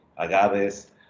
Agaves